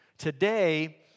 Today